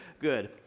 good